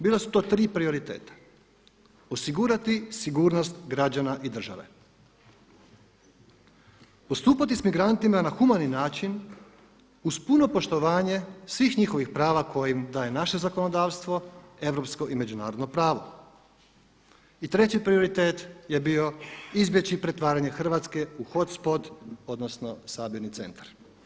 Bila su to tri prioriteta osigurati sigurnost građana i države, postupati s migrantima na humani način uz puno poštovanje svih njihovih prava koje im daje naše zakonodavstvo, europsko i međunarodno prava i treći prioritet je bio izbjeći pretvaranje Hrvatske u hotspot odnosno sabirni centar.